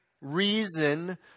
reason